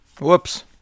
Whoops